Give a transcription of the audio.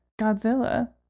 Godzilla